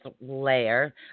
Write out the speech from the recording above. layer